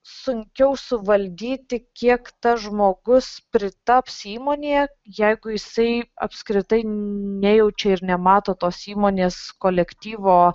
sunkiau suvaldyti kiek tas žmogus pritaps įmonėje jeigu jisai apskritai nejaučia ir nemato tos įmonės kolektyvo